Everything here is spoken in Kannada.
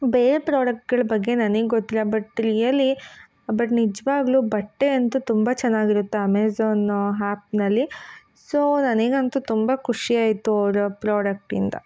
ಬೇರೆ ಪ್ರಾಡಕ್ಟ್ಗಳ ಬಗ್ಗೆ ನನಿಗೆ ಗೊತ್ತಿಲ್ಲ ಬಟ್ ರಿಯಲೀ ಬಟ್ ನಿಜ್ವಾಗ್ಯೂ ಬಟ್ಟೆ ಅಂತೂ ತುಂಬ ಚೆನ್ನಾಗಿರುತ್ತೆ ಅಮೇಝಾನು ಹ್ಯಾಪ್ನಲ್ಲಿ ಸೋ ನನಗಂತೂ ತುಂಬ ಖುಷಿ ಆಯಿತು ಅವರ ಪ್ರಾಡಕ್ಟಿಂದ